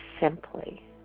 simply